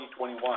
2021